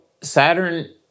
Saturn